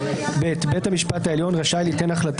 (ב) בית המשפט העליון רשאי ליתן החלטה